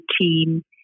team